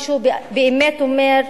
מישהו באמת אומר: